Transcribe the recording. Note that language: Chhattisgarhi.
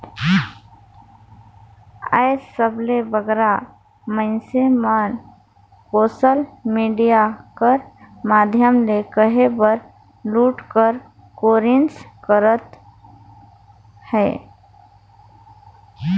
आएज सबले बगरा मइनसे मन सोसल मिडिया कर माध्यम ले कहे बर लूटे कर कोरनिस करत अहें